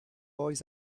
boys